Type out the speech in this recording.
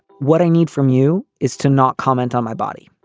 what i need from you is to not comment on my body,